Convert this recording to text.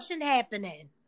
happening